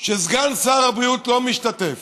שסגן שר הבריאות לא משתתף